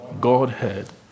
Godhead